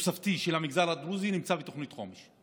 התוספתי של המגזר הדרוזי נמצא בתוכנית חומש.